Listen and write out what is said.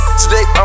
today